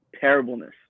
terribleness